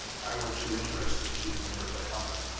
i were too interested to remember thy hunger.